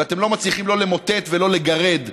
ואתם לא מצליחים לא למוטט ולא לגרד לחמאס,